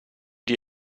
die